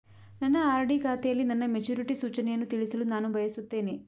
ನನ್ನ ಆರ್.ಡಿ ಖಾತೆಯಲ್ಲಿ ನನ್ನ ಮೆಚುರಿಟಿ ಸೂಚನೆಯನ್ನು ತಿಳಿಯಲು ನಾನು ಬಯಸುತ್ತೇನೆ